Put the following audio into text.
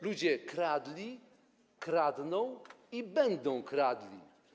Ludzie kradli, kradną i będą kradli.